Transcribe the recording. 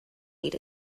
ate